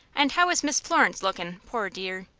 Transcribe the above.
and how is miss florence lookin', poor dear?